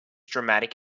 dramatic